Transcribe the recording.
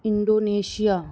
Indonesia